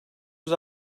yüz